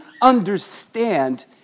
understand